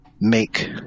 make